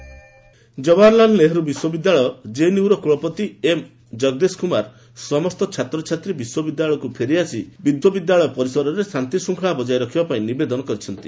VC JNU Jawaharlal Nehru ବିଶ୍ୱବିଦ୍ୟାଳୟ କେଏନ୍ୟୁର କୂଳପତି ଏମ୍ ଜଗଦେଶକୁମାର ସମସ୍ତ ଛାତ୍ରଛାତ୍ରୀ ବିଶ୍ୱବିଦ୍ୟାଳୟକୁ ଫେରିଆସି ଏହି ପରିସରରେ ଶାନ୍ତିଶୃଙ୍ଖଳା ବଜାୟ ରଖିବା ପାଇଁ ନିବେଦନ କରିଛନ୍ତି